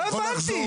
לא הבנתי.